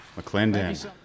McClendon